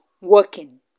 working